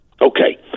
Okay